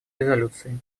резолюции